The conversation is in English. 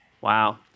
Wow